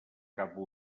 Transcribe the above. cap